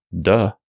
duh